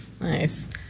Nice